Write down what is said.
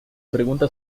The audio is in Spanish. pregunta